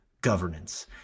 governance